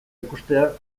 ikustera